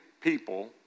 people